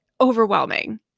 overwhelming